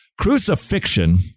Crucifixion